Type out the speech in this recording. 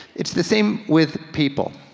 it's the same with people.